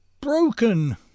broken